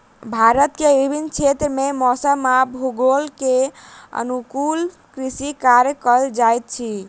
भारत के विभिन्न क्षेत्र में मौसम आ भूगोल के अनुकूल कृषि कार्य कयल जाइत अछि